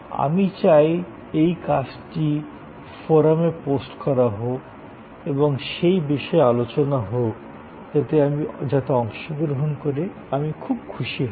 আমি চাই এই কার্যটি ফোরামে পোস্ট করা হোক এবং সেই বিষয়ে আলোচনা হোক যাতে অংশগ্রহণ করে আমি খুব খুশি হব